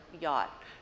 yacht